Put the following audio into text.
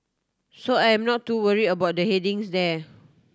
so I am not too worry about the headings there